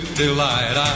delight